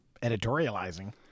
editorializing